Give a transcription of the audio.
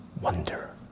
wonder